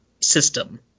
system